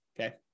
Okay